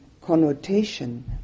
connotation